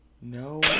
No